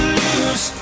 lose